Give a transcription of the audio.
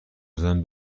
زدن